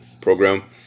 program